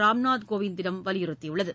ராம்நாத் கோவிந்திடம் வலியுறுத்தியுள்ளது